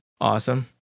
Awesome